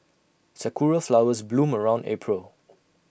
Sakura Flowers bloom around April